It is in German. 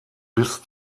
bis